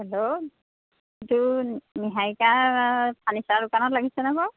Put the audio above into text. hello এইটো Niharika furniture দোকানত লাগিছেনে নে বাৰু